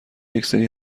یکسری